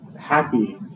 happy